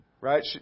Right